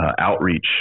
outreach